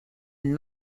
une